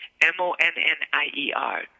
M-O-N-N-I-E-R